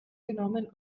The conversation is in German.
genommen